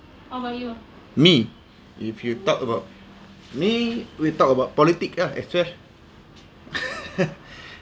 me if you talk about me we talk about politic lah as well